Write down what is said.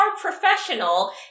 professional